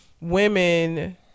women